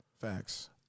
Facts